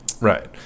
Right